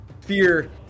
fear